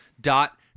dot